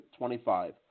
25